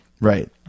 right